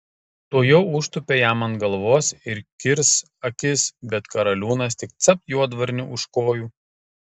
tuojau užtūpė jam ant galvos ir kirs akis bet karaliūnas tik capt juodvarnį už kojų